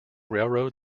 railroad